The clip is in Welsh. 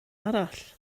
arall